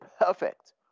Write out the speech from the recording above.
perfect